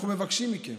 אנחנו מבקשים מכם,